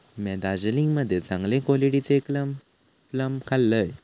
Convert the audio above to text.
म्या दार्जिलिंग मध्ये चांगले क्वालिटीचे प्लम खाल्लंय